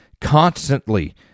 constantly